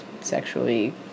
sexually